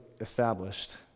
established